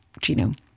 genome